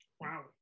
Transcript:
Wow